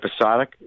episodic